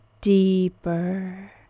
deeper